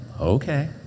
okay